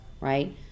right